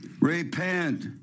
Repent